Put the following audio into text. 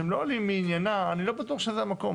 שהם לא מעניינה - אני לא בטוח שזה המקום.